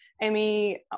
amy